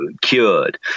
cured